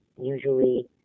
usually